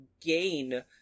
gain